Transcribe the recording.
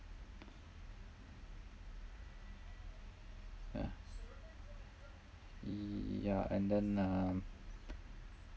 uh yeah and then um